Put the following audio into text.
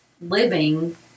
living